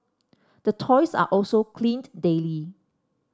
the toys are also cleaned daily